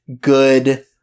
good